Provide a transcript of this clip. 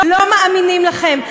לא מאמינים לכם.